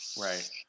right